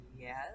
yes